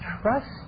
trust